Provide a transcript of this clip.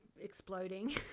exploding